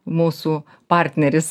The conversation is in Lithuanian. mūsų partneris